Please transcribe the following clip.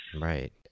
Right